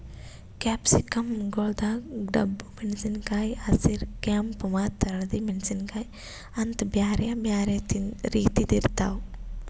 capsicum ಗೊಳ್ದಾಗ್ ಡಬ್ಬು ಮೆಣಸಿನಕಾಯಿ, ಹಸಿರ, ಕೆಂಪ ಮತ್ತ ಹಳದಿ ಮೆಣಸಿನಕಾಯಿ ಅಂತ್ ಬ್ಯಾರೆ ಬ್ಯಾರೆ ರೀತಿದ್ ಇರ್ತಾವ್